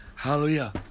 Hallelujah